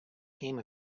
game